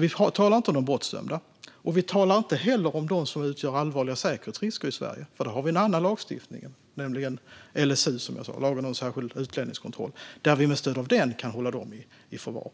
Vi talar alltså inte om de brottsdömda. Vi talar inte heller om dem som utgör allvarliga säkerhetsrisker i Sverige. Där har vi som sagt en annan lagstiftning, LSU, lagen om särskild utlänningskontroll. Med stöd av den kan vi hålla dem i förvar.